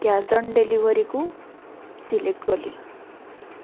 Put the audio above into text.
cash on ଡେଲିଭରିକୁ select କଲି